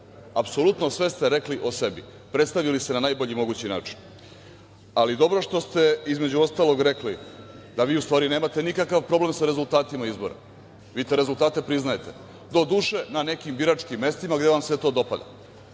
Apsolutno sve ste rekli o sebi, predstavili se na najbolji mogući način. Ali dobro je što ste između ostalog rekli, da vi u stvari nemate nikakav problem sa rezultatima izbora, vi te rezultate priznajete, do doduše na nekim biračkim mestima, ali gde vam se to dopada,